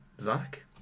Zach